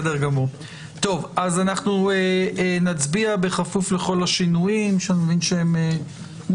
אנחנו נצביע בכפוף לכל השינויים המוסכמים.